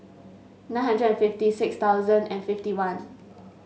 nine hundred and fifty six thousand and fifty one